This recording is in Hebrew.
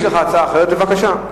יש לך הצעה אחרת, בבקשה.